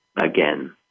again